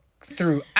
throughout